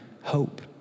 hope